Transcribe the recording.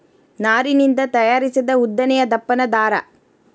ನಾರಿನಿಂದ ತಯಾರಿಸಿದ ಉದ್ದನೆಯ ದಪ್ಪನ ದಾರಾ